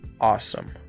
awesome